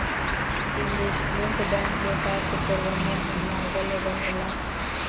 investment bank व्यापार के प्रबंधन में लागल रहेला